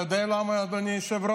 אתה יודע למה, אדוני היושב-ראש?